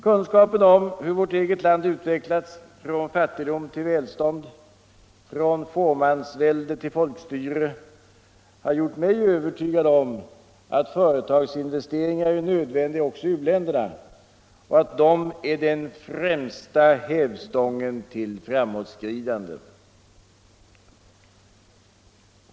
Kunskapen om hur vårt eget land utvecklats från fattigdom till välstånd, från fåmansvälde till folkstyre, har gjort mig övertygad om att företagsinvesteringar är nödvändiga också i u-länderna och att de är den främsta hävstången till framåtskridande.